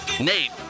Nate